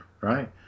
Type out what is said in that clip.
right